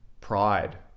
pride